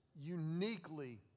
uniquely